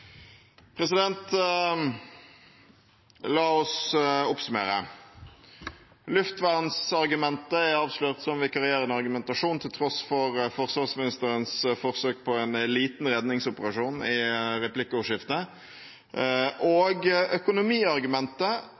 avslørt som vikarierende argumentasjon, til tross for forsvarsministerens forsøk på en liten redningsoperasjon i replikkordskiftet. Økonomiargumentet